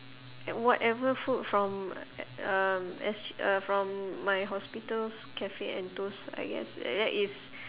uh whatever food from um S uh from my hospital's kaffe and toast I guess that is